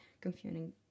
confusing